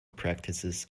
practices